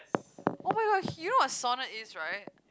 [oh]-my-gosh you know what's sauna is right